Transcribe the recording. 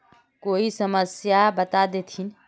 कोई समस्या बता देतहिन?